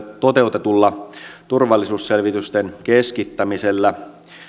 toteutetulla turvallisuusselvitysten keskittämisellä